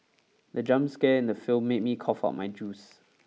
the jump scare in the film made me cough out my juice